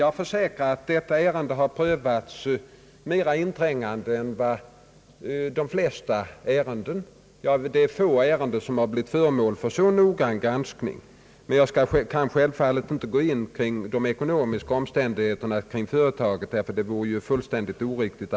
Jag försäkrar dock att detta ärende har prövats mera inträngande än de flesta andra ärenden och således blivit föremål för en noggrann granskning. Jag kan självfallet inte gå in på de ekonomiska omständigheterna beträffande företaget; det vore fullständigt oriktigt.